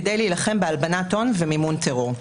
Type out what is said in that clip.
כדי להילחם בהלבנת הון ומימון טרור.